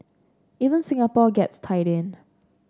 even Singapore gets tied in